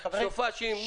סופ"שים.